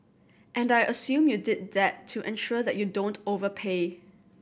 and I assume you did that to ensure that you don't overpay